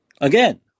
again